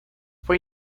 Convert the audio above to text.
fue